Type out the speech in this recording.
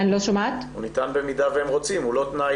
הוא לא תנאי